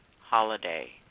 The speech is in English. holiday